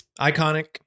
iconic